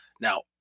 Now